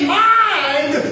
mind